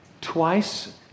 Twice